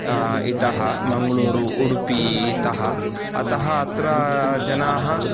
इतः मङ्गलूरु उडुपितः अतः अत्र जनाः